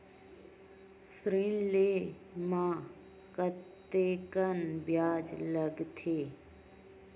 ऋण ले म कतेकन ब्याज लगथे?